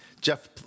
Jeff